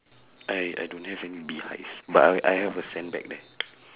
I I don't have any beehives but I I have a sandbag there